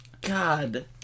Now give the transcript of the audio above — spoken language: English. God